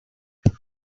would